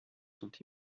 sont